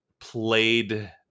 played